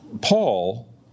Paul